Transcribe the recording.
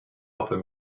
offer